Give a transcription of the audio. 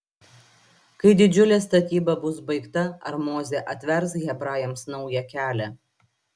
kai didžiulė statyba bus baigta ar mozė atvers hebrajams naują kelią